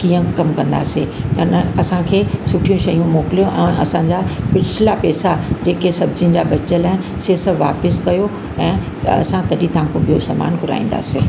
कीअं कमु कंदासीं ऐं न असांखे सुठियूं शयूं मोकिलियो ऐं असांजा पिछ्ला पेसा जेके सब्जियुनि जा बचल आहिनि से सभु वापसि कयो ऐं असां तॾहिं तव्हांखां ॿियो समान घुराईंदासीं